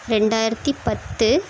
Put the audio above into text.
ரெண்டாயிரத்து பத்து